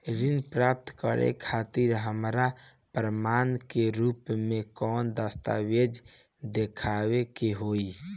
ऋण प्राप्त करे खातिर हमरा प्रमाण के रूप में कौन दस्तावेज़ दिखावे के होई?